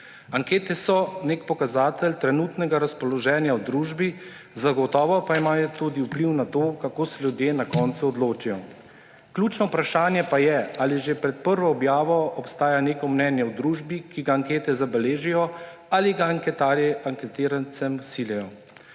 Ankete so nek pokazatelj trenutnega razpoloženja v družbi, zagotovo pa imajo tudi vpliv na to, kako se ljudje na koncu odločijo. Ključno vprašanje pa je, ali že pred prvo objavo obstaja neko mnenje v družbi, ki ga ankete zabeležijo, ali ga anketarji anketirancem vsilijo.